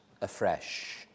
afresh